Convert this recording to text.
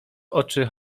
oczy